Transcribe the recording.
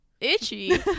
itchy